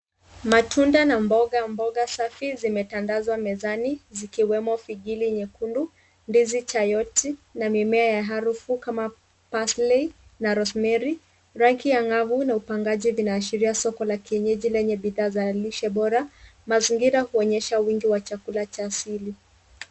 Maunda na mboga. Mboga safi zimetandazwa mezani zikiwemo figili nyekundu, ndizi chayoti na mimea ya harufu kama persly na rosemary . Rangi angavu na upangaji vinaashiria soko la kienyeji lenye bidhaa za lishe bora. Mazingira huonyesha wingi wa chakula cha asili.